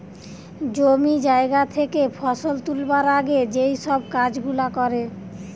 জমি জায়গা থেকে ফসল তুলবার আগে যেই সব কাজ গুলা করে